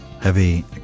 Heavy